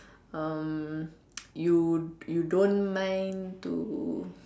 um you you don't mind to